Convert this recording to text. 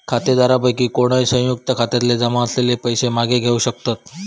खातेधारकांपैकी कोणय, संयुक्त खात्यातले जमा असलेले पैशे मागे घेवक शकतत